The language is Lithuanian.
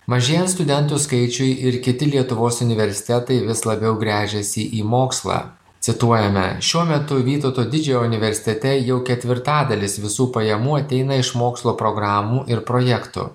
mažėjant studentų skaičiui ir kiti lietuvos universitetai vis labiau gręžiasi į mokslą cituojame šiuo metu vytauto didžiojo universitete jau ketvirtadalis visų pajamų ateina iš mokslo programų ir projektų